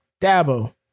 Dabo